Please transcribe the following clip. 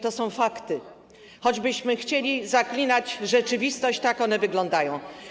To są fakty i choćbyśmy chcieli zaklinać rzeczywistość, tak one wyglądają.